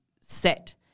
set